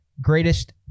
Greatest